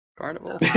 Carnival